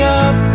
up